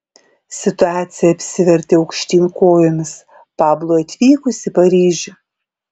situacija apsivertė aukštyn kojomis pablui atvykus į paryžių